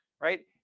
Right